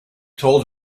told